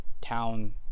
town